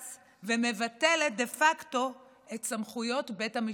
ומבטלת דה פקטו את סמכויות בית המשפט העליון.